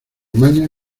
maña